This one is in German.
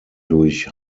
durch